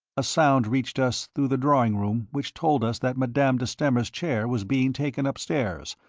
a sound reached us through the drawing room which told us that madame de stamer's chair was being taken upstairs,